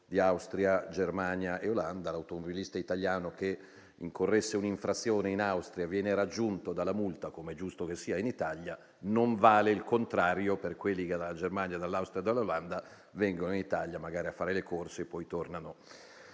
di Austria, Germania e Olanda. L'automobilista italiano che incorresse in un'infrazione in Austria viene raggiunto dalla multa, come è giusto che sia, in Italia; non vale però il contrario per quelli che dalla Germania, dall'Austria o dall'Olanda vengono in Italia, magari a fare le corse, e poi tornano